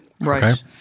Right